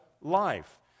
Life